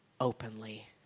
openly